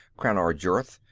crannar jurth,